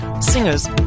singers